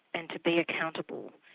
and to be accountable,